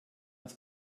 das